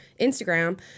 Instagram